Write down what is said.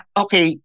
okay